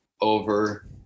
over